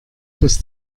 dass